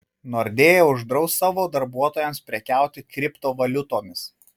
nordea uždraus savo darbuotojams prekiauti kriptovaliutomis